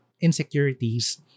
insecurities